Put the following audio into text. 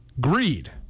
Greed